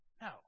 No